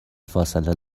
فاصله